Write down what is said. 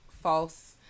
false